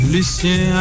Lucien